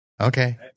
Okay